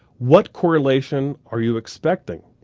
what correlation are you expecting?